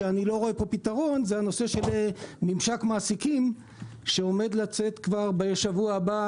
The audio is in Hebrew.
אני לא רואה פתרון פה לנושא ממשק מעסיקים שעומד לצאת כבר בשבוע הבא